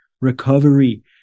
recovery